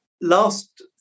Last